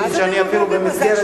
שאני אפילו במסגרת,